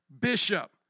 bishop